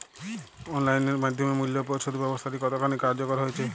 Online এর মাধ্যমে মূল্য পরিশোধ ব্যাবস্থাটি কতখানি কার্যকর হয়েচে?